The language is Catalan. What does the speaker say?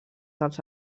dels